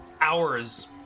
Hours